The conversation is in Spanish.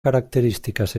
características